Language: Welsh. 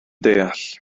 deall